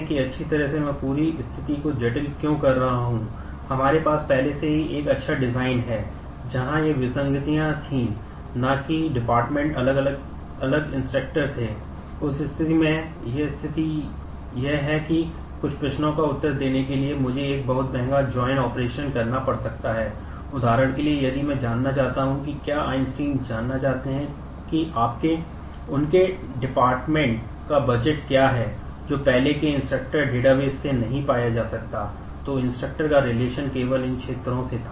तो इस तरह की अतिरेक केवल इन क्षेत्रों से था